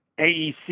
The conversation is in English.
AEC